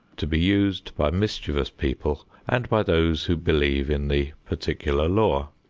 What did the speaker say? to be used by mischievous people and by those who believe in the particular law.